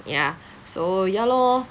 ya so ya lor